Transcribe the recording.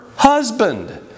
Husband